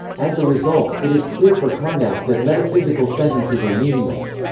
as a result, it is clear for carnap that metaphysical sentences are meaningless.